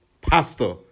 Pastor